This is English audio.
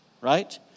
right